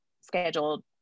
scheduled